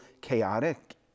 chaotic